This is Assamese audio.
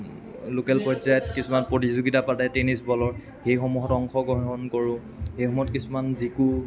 লোকেল পৰ্যায়ত কিছুমান প্ৰতিযোগিতা পাতে টেনিছ বলৰ সেইসমূহত অংশগ্ৰহণ কৰোঁ এইসমূহত কিছুমান জিকোঁ